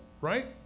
right